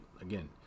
Again